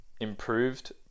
Improved